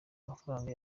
amafaranga